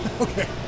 Okay